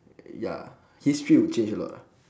ya history would change a lot ah